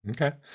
Okay